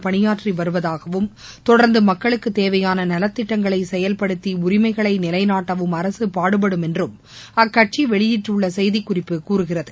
பணியாற்றி வருவதாகவும் தொடர்ந்து மக்களுக்கு தேவையான நலத்திட்டங்களை செயல்படுத்தி உரிமைகளை நிலைநாட்டவும் அரசு பாடுபடும் என்று அக்கட்சி வெளியிட்டுள்ள செய்திக்குறிப்பு கூறுகிறது